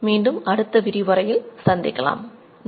மீண்டும் அடுத்த விரிவுரையில் சந்திக்கலாம் நன்றி